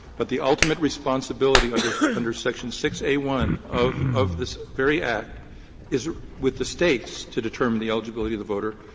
but the ultimate responsibility under under section six a one of of this very act is with the states to determine the eligibility of the voter.